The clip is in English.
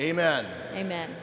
amen amen